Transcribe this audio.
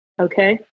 Okay